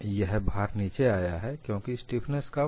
यह भार नीचे आया है क्योंकि स्टीफनेस कम है